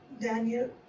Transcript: Daniel